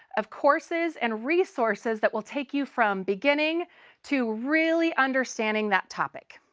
of courses and resources that will take you from beginning to really understanding that topic.